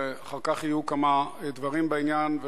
ואחר כך יהיו כמה דברים בעניין,